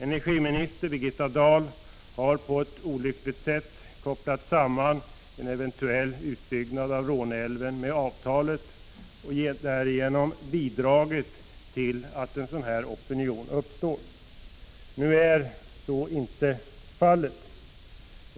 Energiminister Birgitta Dahl har på ett olyckligt sätt kopplat samman en eventuell utbyggnad av Råneälven med avtalet och därigenom bidragit till att en sådan opinion uppstått. Nu är så inte fallet — dvs. att utbyggnaden av Råneälven skulle underlättas genom avtalet.